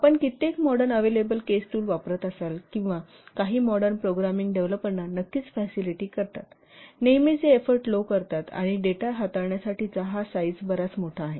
आपण कित्येक modern available case tools वापरत असाल किंवा काही मॉडर्न प्रोग्रामिंग डेव्हलपरना नक्कीच फॅसिलिटी करतात नेहमीचे एफोर्ट लो करतात आणि डेटा हाताळण्यासाठीचा हा साईज बराच मोठा आहे